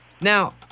Now